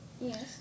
yes